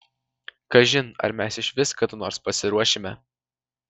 kažin ar mes išvis kada nors pasiruošime